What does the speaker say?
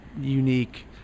unique